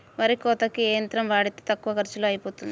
వరి కోతకి ఏ యంత్రం వాడితే తక్కువ ఖర్చులో అయిపోతుంది?